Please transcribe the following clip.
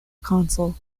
console